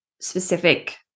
specific